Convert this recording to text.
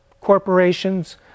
corporations